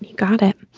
got it.